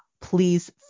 Please